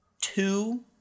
two